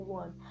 one